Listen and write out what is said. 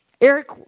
Eric